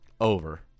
Over